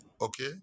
okay